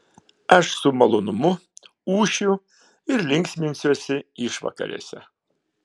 aš su malonumu ūšiu ir linksminsiuosi išvakarėse